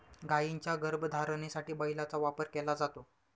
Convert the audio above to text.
गायींच्या गर्भधारणेसाठी बैलाचा वापर केला जातो